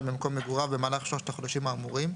במקום מגוריו במהלך שלושת החודשים האמורים,